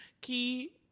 Key